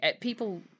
people